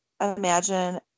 imagine